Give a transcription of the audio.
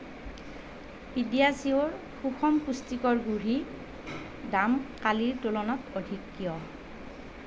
PediaSure সুষম পুষ্টিকৰ গুড়িৰ দাম কালিৰ তুলনাত অধিক কিয়